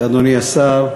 אדוני השר,